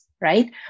right